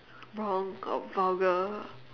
wrong or vulgar